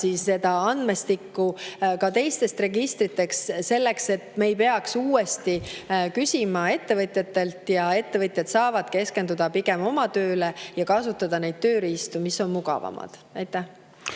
mis võtavad andmestikku ka teistest registritest, et me ei peaks uuesti küsima ettevõtjatelt ja ettevõtjad saavad keskenduda oma tööle ja kasutada neid tööriistu, mis on mugavamad. Evelin